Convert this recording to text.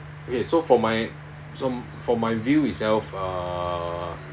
okay so for my so for my view itself uh